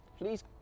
Please